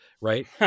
Right